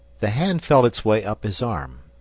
the hand felt its way up his arm,